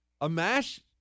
Amash